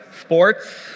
Sports